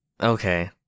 Okay